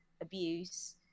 abuse